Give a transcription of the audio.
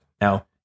Now